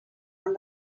van